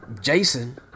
Jason